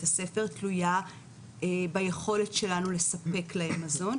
הספר תלויה ביכולת שלנו לספק להם מזון.